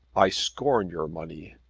i scorn your money.